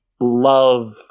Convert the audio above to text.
love